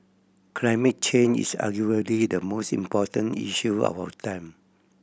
climate change is arguably the most important issue of our time